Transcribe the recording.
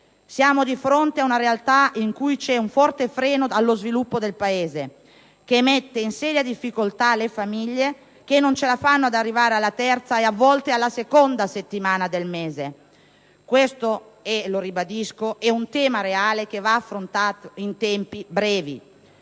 Siamo di fronte ad una realtà in cui c'è un forte freno allo sviluppo del Paese, che mette in seria difficoltà le famiglie, che non ce la fanno ad arrivare alla terza, e a volte alla seconda settimana del mese. Questo - lo ribadisco - è un tema reale che deve essere affrontato in tempi brevi.